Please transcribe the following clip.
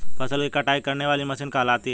फसल की कटाई करने वाली मशीन कहलाती है?